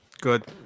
Good